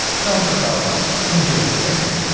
carl disalvo from georgia tech.